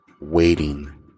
waiting